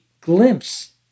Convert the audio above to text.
glimpse